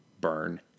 burn